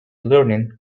learning